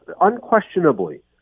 unquestionably